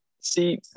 See